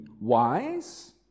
wise